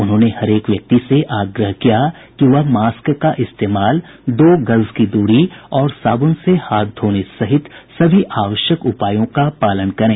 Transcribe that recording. उन्होंने हरेक व्यक्ति से आग्रह किया कि वह मास्क का इस्तेमाल दो गज की दूरी और साबुन से हाथ धोने सहित सभी आवश्यक उपायों का पालन करें